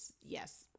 Yes